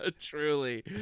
Truly